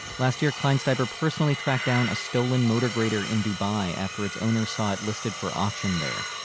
last year, kleinsteiber personally tracked down a stolen motor grader in dubai after its owner saw it listed for auction there.